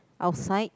outside